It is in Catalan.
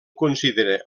considera